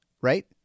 right